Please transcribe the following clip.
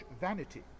vanity